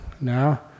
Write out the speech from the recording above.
now